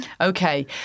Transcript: Okay